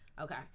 Okay